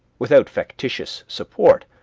without factitious support,